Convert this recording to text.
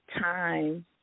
time